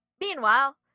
Meanwhile